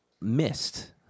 missed